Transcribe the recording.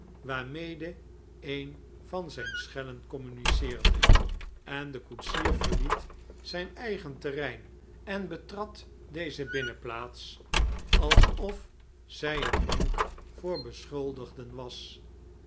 waarmede een van zijn schellen communiceerde en de koetsier verliet zijn eigen terrein en betrad deze binnenplaats alsof zij een bank voor beschuldigden was